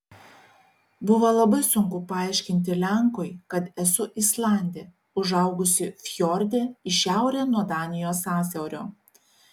buvo labai sunku paaiškinti lenkui kad esu islandė užaugusi fjorde į šiaurę nuo danijos sąsiaurio